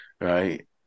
Right